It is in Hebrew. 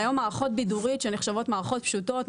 היום מערכות בידורית שנחשבות מערכות פשוטות,